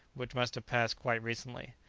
which must have passed quite recently.